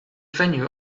venue